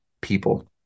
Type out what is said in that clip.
people